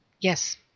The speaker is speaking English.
Yes